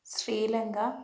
Sri Lanka